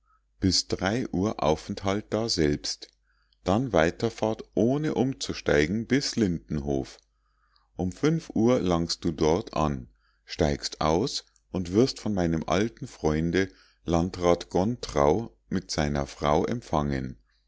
bis drei uhr aufenthalt daselbst dann weiterfahrt ohne umzusteigen bis lindenhof um fünf uhr langst du dort an steigst aus und wirst von meinem alten freunde landrat gontrau mit seiner frau empfangen